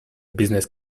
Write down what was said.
business